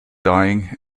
dying